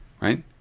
right